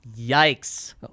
Yikes